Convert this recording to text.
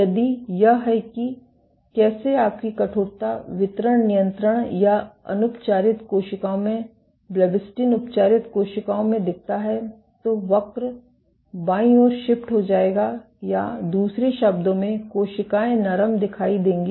यदि यह है कि कैसे आपकी कठोरता वितरण नियंत्रण या अनुपचारित कोशिकाओं में ब्लेबिस्टिन उपचारित कोशिकाओं में दिखता है तो वक्र बाईं ओर शिफ्ट हो जाएगा या दूसरे शब्दों में कोशिकाएं नरम दिखाई देंगी